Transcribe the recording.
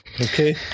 okay